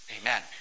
Amen